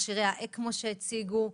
מכשירי האקמו שהציגו,